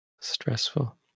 stressful